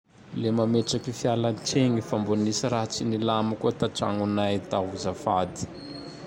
Le mametraky fialatsigny fa mbô nisy raha tsy nilamy tatragnonay tao zafady.